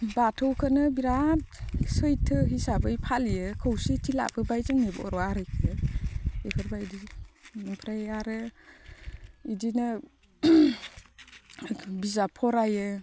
बाथौखौनो बिराद सैथो हिसाबै फालियो खौसेथि लाबोबाय जोङो बर' हारिखो बेफोरबायदि ओमफ्राय आरो इदिनो बिजाब फरायो